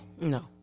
No